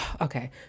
okay